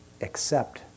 Accept